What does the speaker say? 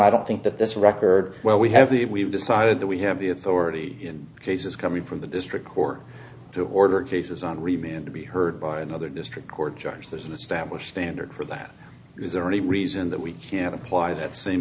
i don't think that this record where we have that we've decided that we have the authority in cases coming from the district court to order cases on review and to be heard by another district court judge there's an established standard for that is there any reason that we can't apply that same